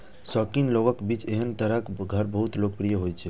शौकीन लोगक बीच एहन तरहक घर बहुत लोकप्रिय होइ छै